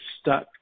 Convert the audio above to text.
stuck